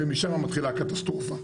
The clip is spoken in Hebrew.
ומשם מתחילה הקטסטרופה.